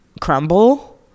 crumble